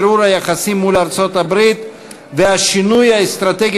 ערעור היחסים מול ארצות-הברית והשינוי האסטרטגי